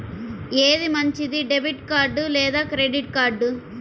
ఏది మంచిది, debit card లేదా క్రెడిట్ కార్డ్?